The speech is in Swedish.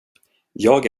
jag